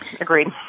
Agreed